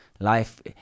life